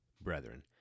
Brethren